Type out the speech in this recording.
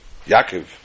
Yaakov